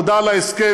תודה על ההסכם,